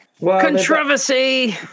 Controversy